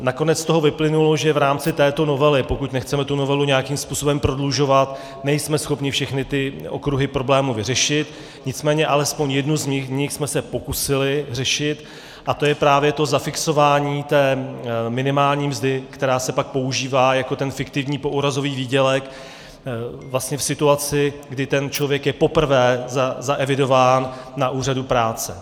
Nakonec z toho vyplynulo, že v rámci této novely, pokud tu novelu nechceme nějakým způsobem prodlužovat, nejsme schopni všechny ty okruhy problémů vyřešit, nicméně alespoň jeden z nich jsme se pokusili řešit a to je právě to zafixování minimální mzdy, která se pak používá jako fiktivní poúrazový výdělek v situaci, kdy ten člověk je poprvé zaevidován na úřadu práce.